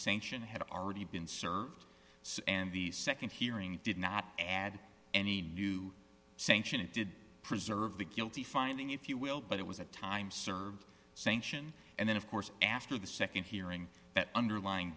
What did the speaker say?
sanction had already been served and the nd hearing did not add any new sanction it did preserve the guilty finding if you will but it was a time served sanction and then of course after the nd hearing that underlying